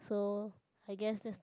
so I guess that's